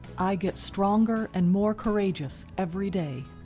i get stronger and more courageous every day.